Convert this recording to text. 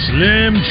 Slim